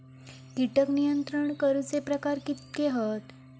कीटक नियंत्रण करूचे प्रकार कितके हत?